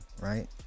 right